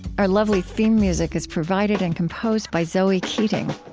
our lovely theme music is provided and composed by zoe keating.